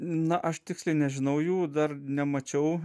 na aš tiksliai nežinau jų dar nemačiau